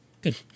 Good